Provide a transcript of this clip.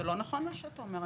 זה לא נכון מה שאתה אומר,